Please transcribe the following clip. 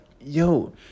yo